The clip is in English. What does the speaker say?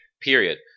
period